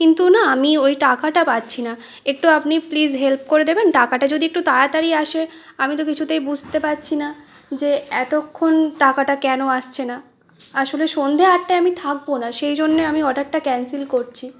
কিন্তু না আমি ওই টাকাটা পাচ্ছি না একটু আপনি প্লিজ হেল্প করে দেবেন টাকাটা যদি একটু তাড়াতাড়ি আসে আমি তো কিছুতেই বুঝতে পারছি না যে এতক্ষণ টাকাটা কেন আসছে না আসলে সন্ধে আটটায় আমি থাকব না সেই জন্য আমি অর্ডারটা ক্যান্সেল করছি